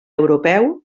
europeu